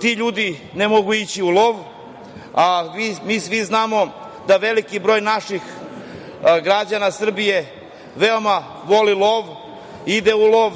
ti ljudi ne mogu ići u lov, a mi svi znamo da veliki broj naših građana Srbije veoma vole love, ide u lov,